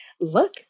Look